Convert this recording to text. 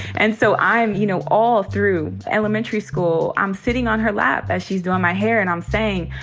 and so i'm, you know, all through elementary school, i'm sitting on her lap as she's doing my hair and i'm saying,